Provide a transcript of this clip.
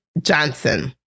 Johnson